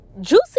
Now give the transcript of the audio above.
Juicy